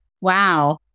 Wow